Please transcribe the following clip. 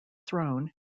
throne